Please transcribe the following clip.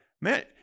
man